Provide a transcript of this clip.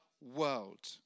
world